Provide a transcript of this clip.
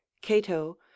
CATO